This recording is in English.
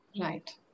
Right